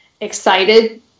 excited